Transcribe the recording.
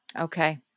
okay